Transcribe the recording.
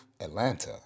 Atlanta